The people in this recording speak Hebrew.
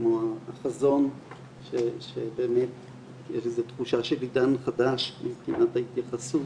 כמו החזון שיש תחושה של עידן חדש מבחינת ההתייחסות,